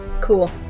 Cool